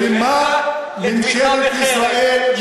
ולמה ממשלת ישראל,